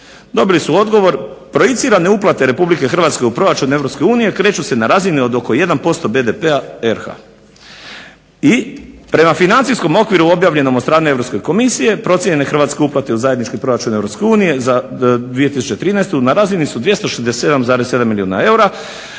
Dobili su odgovor projicirane uplate RH u proračun EU kreću se na razini od oko 1% BDP-a RH. I prema financijskom okviru objavljenom od strane Europske komisije procijenjene hrvatske uplate u zajednički proračun EU za 2013. na razini su 267,7 milijuna eura.